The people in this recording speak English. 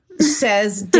says